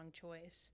choice